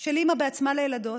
של אימא בעצמה לילדות,